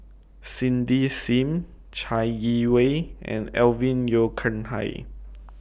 Cindy SIM Chai Yee Wei and Alvin Yeo Khirn Hai